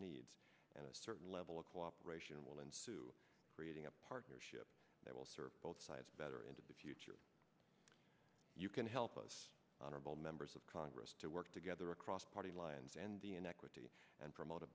needs and a certain level of cooperation will ensue creating a partnership that will serve both sides better into the future you can help those honorable members of congress to work together across party lines and the inequity and promote a